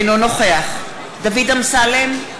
אינו נוכח דוד אמסלם,